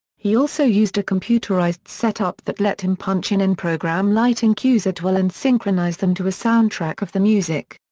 he also used a computerized setup that let him punch in and program lighting cues at will and synchronize them to a soundtrack of the music.